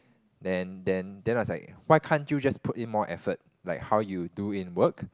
then then then I was like why can't you just put in more effort like how you do in work